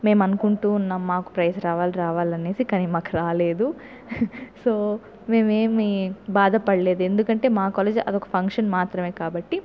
మేము అనుకుంటూవున్నాం మాకు ప్రైజ్ రావాలి రావాలి అనేసి కాని మాకు రాలేదు సో మేము ఏమి బాధపడలేదు ఎందుకంటే మా కాలేజ్ అదొక ఫంక్షన్ మాత్రమే కాబట్టి